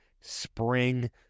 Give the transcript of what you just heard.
spring